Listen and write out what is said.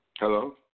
Hello